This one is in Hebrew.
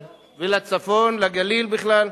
לצפון ולגליל בכלל.